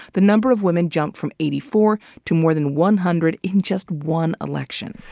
the number of women jumped from eighty four to more than one hundred in just one election.